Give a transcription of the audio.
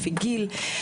לפי גיל.